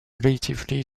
relatively